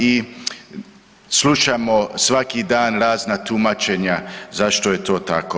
I slušamo svaki dan razna tumačenja zašto je to tako.